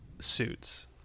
suits